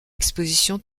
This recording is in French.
exposition